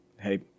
Hey